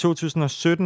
2017